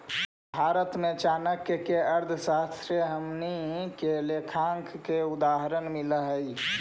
भारत में चाणक्य के अर्थशास्त्र से हमनी के लेखांकन के उदाहरण मिल हइ